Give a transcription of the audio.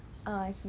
the voucher